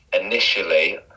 initially